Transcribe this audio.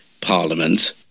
Parliament